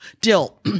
Dill